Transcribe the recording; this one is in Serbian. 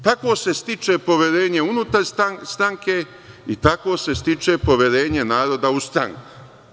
Tako se stiče poverenje unutar stranke i tako se stiče poverenje naroda u stranku.